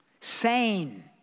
sane